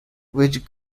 which